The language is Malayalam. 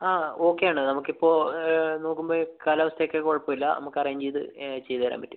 ആ ഓക്കെ ആണ് നമുക്കിപ്പം നോക്കുമ്പം കാലാവസ്ഥയൊക്കെ കുഴപ്പം ഇല്ല നമുക്ക് അറേഞ്ച് ചെയ്ത് ചെയ്തരാൻ പറ്റും